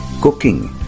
cooking